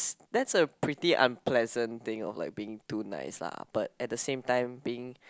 that's a pretty unpleasant thing about being to nice lah but at the same time being